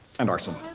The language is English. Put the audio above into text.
and arson.